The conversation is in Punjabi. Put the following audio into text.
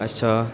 ਅੱਛਾ